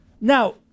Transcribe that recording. Now